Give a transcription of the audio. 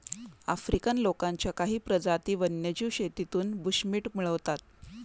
African लोकांच्या काही प्रजाती वन्यजीव शेतीतून बुशमीट मिळवतात